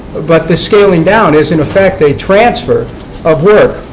but the scaling down is, in effect, a transfer of work,